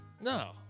No